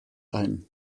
ein